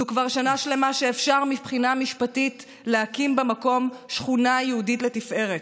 זו כבר שנה שלמה שאפשר מבחינה משפטית להקים במקום שכונה יהודית לתפארת,